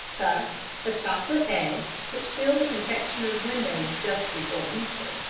thus the chocolate eggs, which fill the confectioners' windows just before easter,